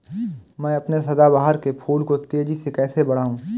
मैं अपने सदाबहार के फूल को तेजी से कैसे बढाऊं?